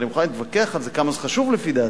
אני מוכן להתווכח על זה כמה זה חשוב לפי דעתי.